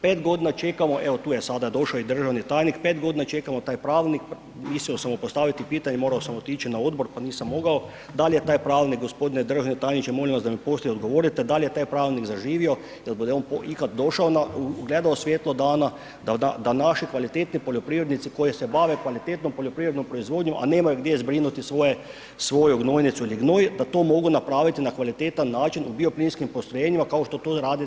5 g. čekamo, evo tu je, sada je došao je državni tajnik, 5 g. čekamo taj pravilnik, mislio sam mu postaviti pitanje, morao sam otići na odbor pa nisam mogao, da li je taj pravilnik g. državni tajniče, molim vas da mi poslije odgovorite, da li je taj pravilnik zaživio, jel bude on ikad došao na, ugledao svjetlo dana, da naši kvalitetni poljoprivrednici koji se bave kvalitetnom poljoprivrednom proizvodnjom a nemaju gdje zbrinuti svoju gnojnicu ili gnoj, da to mogu napraviti na kvalitetan način, bioplinskim postrojenjima, kao što rade cijelo ... Hvala lijepa.